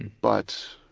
but